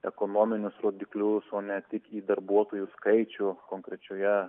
ekonominius rodiklius o ne tik į darbuotojų skaičių konkrečioje